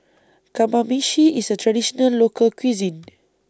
Kamameshi IS A Traditional Local Cuisine